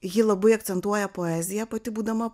ji labai akcentuoja poeziją pati būdama